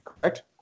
correct